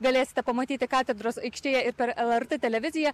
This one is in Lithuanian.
galėsite pamatyti katedros aikštėje ir per lrt televiziją